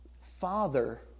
father